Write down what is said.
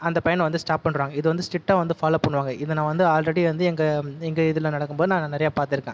அந்த பையனை வந்து ஸ்டாப் பண்ணுறாங்க இது வந்து ஸ்ட்ரிக்டாக வந்து ஃபாலோவ் பண்ணுவாங்க இதை நான் வந்து ஆல்ரெடி வந்து எங்கள் எங்கள் இதில் நடக்கும் போது நான் நிறைய பார்த்துருக்கேன்